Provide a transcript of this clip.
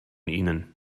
ihnen